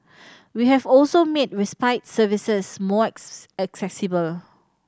we have also made respite services more accessible